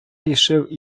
рішив